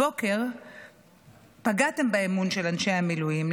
הבוקר פגעתם באמון של אנשי המילואים.